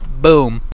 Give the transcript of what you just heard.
boom